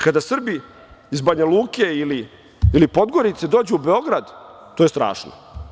Kada Srbi iz Banja Luke ili Podgorice dođu u Beograd, to je strašno.